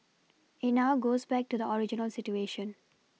it now goes back to the original situation